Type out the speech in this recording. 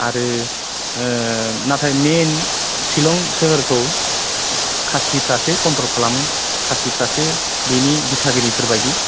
आरो नाथाय मेन सिलं सोहोरखौ खासिफ्रासो कन्ट्रल खालामो खासिफ्रासो बिनि दिथागिरिफोर बायदि